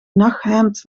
nachthemd